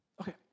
okay